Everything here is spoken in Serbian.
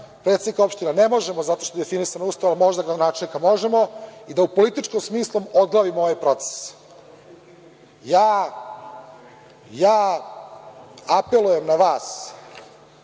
Predsednika opštine ne možemo, zato što je definisan Ustavom, možda gradonačelnika možemo i da u političkom smislu odglavimo ovaj proces. Apelujem na vas